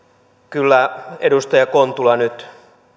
kyllä edustaja kontula nyt